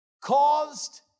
caused